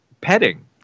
petting